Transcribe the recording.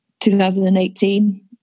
2018